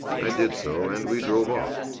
i did so, and we drove off.